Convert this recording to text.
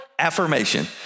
Affirmation